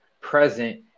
present